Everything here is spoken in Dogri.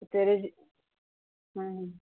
ते रजी